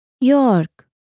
York